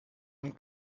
und